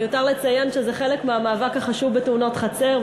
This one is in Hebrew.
מיותר לציין שזה חלק מהמאבק החשוב בתאונות חצר,